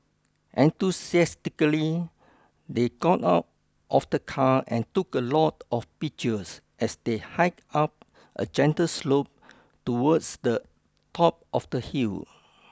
enthusiastically they got out of the car and took a lot of pictures as they hiked up a gentle slope towards the top of the hill